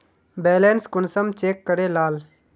Balance कुंसम check करे लाल?